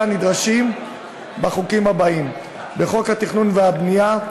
הנדרשים בחוקים הבאים: בחוק התכנון והבנייה,